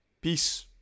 peace